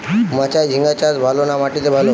মাচায় ঝিঙ্গা চাষ ভালো না মাটিতে ভালো?